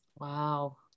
Wow